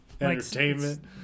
entertainment